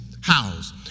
house